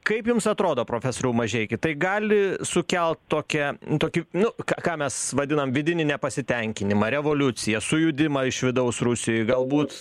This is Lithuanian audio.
kaip jums atrodo profesoriau mažeiki tai gali sukelt tokią tokį nu ką ką mes vadinam vidinį nepasitenkinimą revoliuciją sujudimą iš vidaus rusijoj galbūt